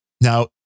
now